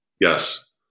Yes